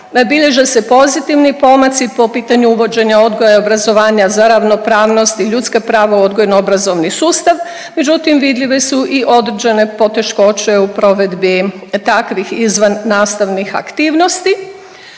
Bilježe se pozitivni pomaci po pitanju uvođenja odgoja i obrazovanja za ravnopravnost i ljudska prava u odgojno obrazovni sustav, međutim vidljivi su i određene poteškoće u provedbi takvih izvannastavnih aktivnosti.